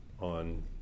on